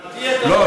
לא,